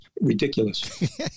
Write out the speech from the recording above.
ridiculous